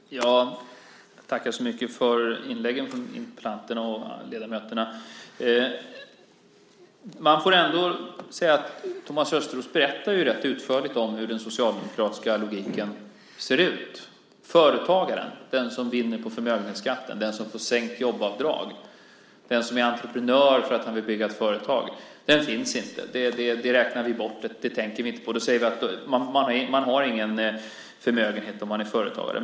Herr talman! Jag tackar så mycket för inläggen från interpellanten och ledamöterna. Thomas Östros berättar ändå rätt utförligt om hur den socialdemokratiska logiken ser ut. Företagaren, den som vinner på förmögenhetsskatten, den som får sänkt jobbavdrag och den som är entreprenör därför att han vill bygga ett företag finns inte. Det räknar vi bort. Det tänker vi inte på. Man har ingen förmögenhet om man är företagare.